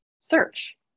search